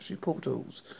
portals